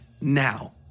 now